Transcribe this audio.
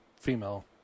female